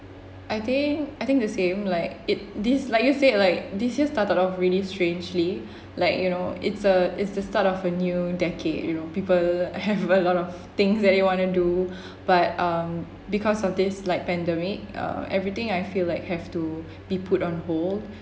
I think I think the same like it this like you said like this year started off really strangely like you know it's a it's the start of a new decade you know people have a lot of things that they wanna do but um because of this like pandemic uh everything I feel like have to be put on hold